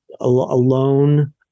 alone